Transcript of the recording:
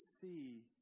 see